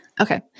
Okay